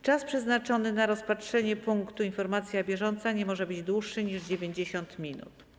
Czas przeznaczony na rozpatrzenie punktu: Informacja bieżąca nie może być dłuższy niż 90 minut.